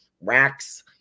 racks